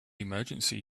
emergency